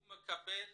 הוא מקבל